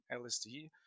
LSD